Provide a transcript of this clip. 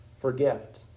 forget